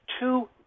two